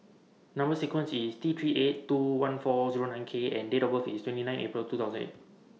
Number sequence IS T three eight two one four Zero nine K and Date of birth IS twenty nine April two thousand eight